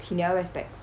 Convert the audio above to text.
he never wear specs